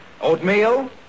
Oatmeal